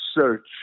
search